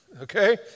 okay